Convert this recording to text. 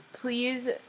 Please